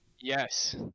Yes